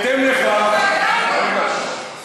לכך,